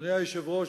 אדוני היושב-ראש,